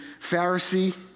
Pharisee